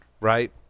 right